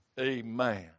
Amen